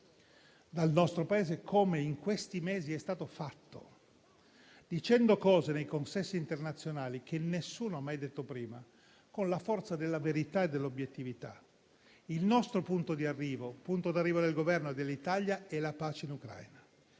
dal nostro Paese come in questi mesi è stato fatto, dicendo cose nei consessi internazionali che nessuno ha mai detto prima con la forza della verità e dell'obiettività. Il nostro punto di arrivo - il punto di arrivo del Governo e dell'Italia - è la pace in Ucraina.